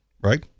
Right